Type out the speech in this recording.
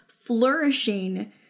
flourishing